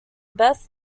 best